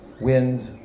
wind